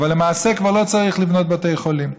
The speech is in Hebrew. וכבר לא צריך לבנות בתי חולים.